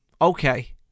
okay